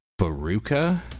Baruka